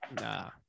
Nah